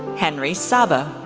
henry saba,